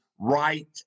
right